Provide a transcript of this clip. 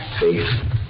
faith